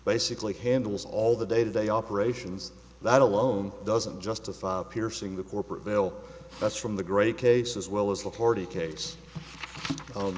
basically handles all the day to day operations that alone doesn't justify a piercing the corporate veil that's from the gray case as well as the party ca